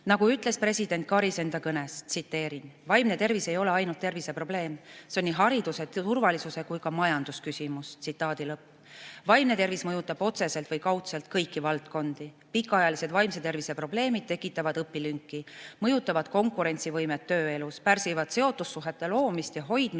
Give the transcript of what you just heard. Nagu ütles president Karis oma kõnes: "Vaimne tervis ei ole ainult terviseprobleem. See on nii hariduse, turvalisuse kui ka majandusküsimus." Vaimne tervis mõjutab otseselt või kaudselt kõiki valdkondi. Pikaajalised vaimse tervise probleemid tekitavad õpilünki, mõjutavad konkurentsivõimet tööelus, pärsivad seotussuhete loomist ja hoidmist